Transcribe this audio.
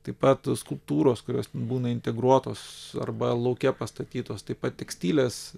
taip pat skulptūros kurios būna integruotos arba lauke pastatytos taip pat tekstilės